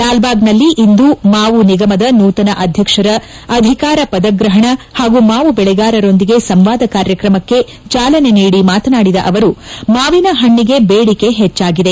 ಲಾಲ್ಬಾಗ್ನಲ್ಲಿ ಇಂದು ಮಾವು ನಿಗಮದ ನೂತನ ಅಧ್ಯಕ್ಷರ ಅಧಿಕಾರ ಪದಗ್ರಹಣ ಹಾಗೂ ಮಾವು ಬೆಳೆಗಾರರೊಂದಿಗೆ ಸಂವಾದ ಕಾರ್ಯಕ್ರಮಕ್ಕೆ ಚಾಲನೆ ನೀಡಿ ಮಾತನಾಡಿದ ಅವರು ಮಾವಿನ ಹಣ್ಣಿಗೆ ಬೇಡಿಕೆ ಹೆಚ್ಲಾಗಿದೆ